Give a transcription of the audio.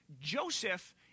Joseph